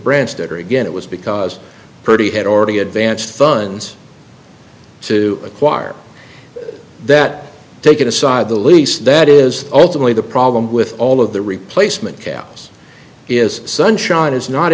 branstetter again it was because pretty had already advanced funds to acquire that take it aside the lease that is ultimately the problem with all of the replacement cows is sunshine is not